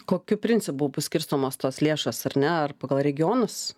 kokiu principu bus skirstomos tos lėšos ar ne ar pagal regionus